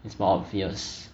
it's more obvious